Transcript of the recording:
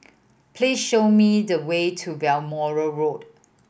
please show me the way to Balmoral Road